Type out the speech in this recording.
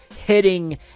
hitting